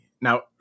Now